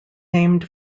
named